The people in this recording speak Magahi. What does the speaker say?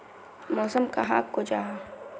मौसम कहाक को जाहा?